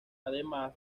además